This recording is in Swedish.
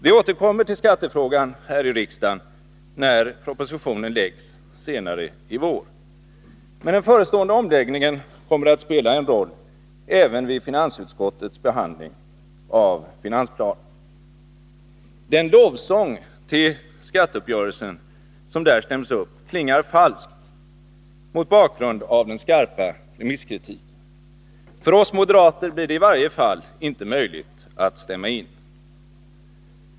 Vi återkommer till skattefrågan här i riksdagen när propositionen läggs fram senare i vår. Men den förestående omläggningen kommer att spela en roll även vid finansutskottets kommande behandling av finansplanen. Den lovsång till skatteuppgörelsen som där stäms upp klingar falskt mot bakgrund av den skarpa remisskritiken. För oss moderater blir det i varje fall inte möjligt att stämma in.